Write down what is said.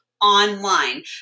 online